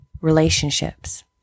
relationships